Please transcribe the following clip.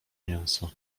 mięso